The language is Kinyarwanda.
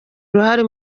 uruhare